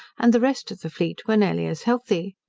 and the rest of the fleet were nearly as healthy.